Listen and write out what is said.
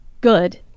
good